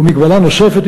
ומגבלה נוספת,